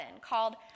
called